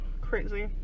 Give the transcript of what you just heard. crazy